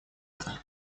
это